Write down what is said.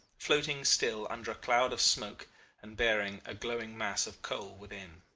floating still under a cloud of smoke and bearing a glowing mass of coal within.